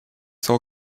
sole